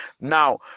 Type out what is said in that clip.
Now